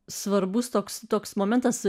svarbus toks toks momentas